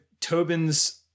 Tobin's